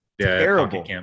terrible